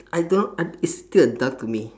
I don't I it's still a duck to me